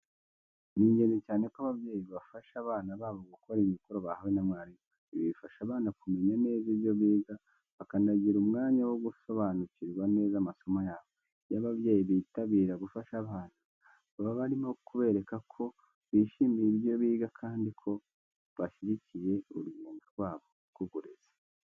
Ni ingenzi cyane ko ababyeyi bafasha abana babo gukora imikoro bahawe n'abarimu. Ibi bifasha abana kumenya neza ibyo biga, bakanagira umwanya wo gusobanukirwa neza amasomo yabo. Iyo ababyeyi bitabira gufasha abana, baba barimo kubereka ko bishimiye ibyo biga kandi ko bashyigikiye urugendo rwabo rw’uburezi.